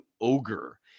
ogre